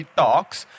talks